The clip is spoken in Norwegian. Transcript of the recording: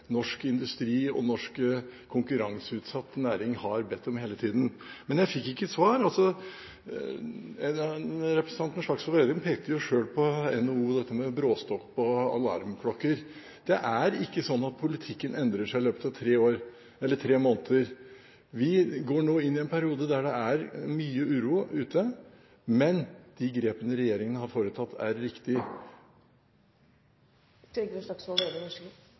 norsk industri og norsk konkurranseutsatt næring har bedt om hele tiden. Men jeg fikk ikke svar. Representanten Slagsvold Vedum pekte jo selv på NHO og dette med bråstopp og alarmklokker. Det er ikke sånn at politikken endrer seg i løpet av tre måneder. Vi går nå inn i en periode der det er mye uro ute, men de grepene regjeringen har foretatt, er